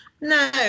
No